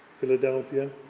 Philadelphia